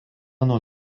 nuo